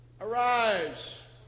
arise